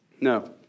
No